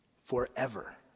forever